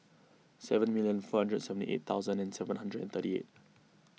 seven million four hundred and seventy eight thousand and seven hundred and thirty eight